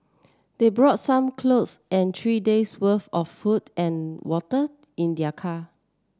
they brought some clothes and three days'worth of food and water in their car